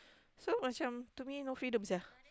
so so macam to me no freedom sia